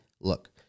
look